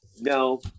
No